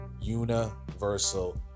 Universal